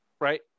Right